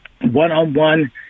one-on-one